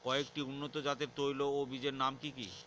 কয়েকটি উন্নত জাতের তৈল ও বীজের নাম কি কি?